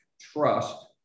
Trust